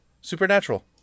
supernatural